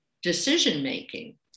decision-making